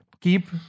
Keep